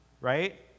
right